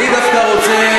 אני מאוד מצטער